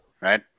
right